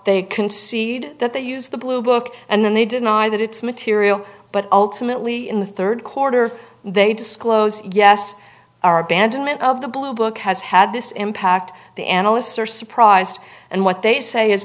they concede that they use the blue book and then they deny that it's material but ultimately in the third quarter they disclose yes our abandonment of the blue book has had this impact the analysts are surprised and what they say is